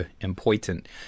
Important